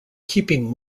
keeping